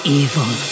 evil